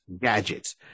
gadgets